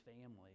family